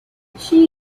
she